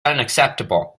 unacceptable